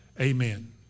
Amen